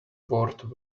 board